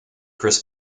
chris